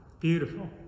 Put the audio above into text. beautiful